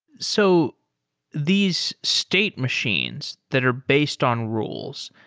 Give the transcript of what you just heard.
so these state machines that are based on rules,